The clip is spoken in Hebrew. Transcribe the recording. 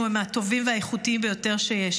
הם הטובים והאיכותיים ביותר שיש.